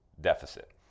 deficit